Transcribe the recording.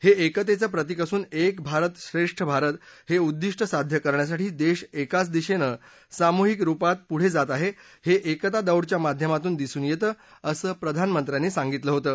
हे एकतेचं प्रतीक असून एक भारत श्रेष्ठ भारत हे उद्विष्ट साध्य करण्यासाठी देश एकाच दिशेनं सामूहिक रूपात पुढे जात आहे हे एकता दौडच्या माध्यमातून दिसून येतं असं प्रधानमंत्र्यांनी सांगितलं होतं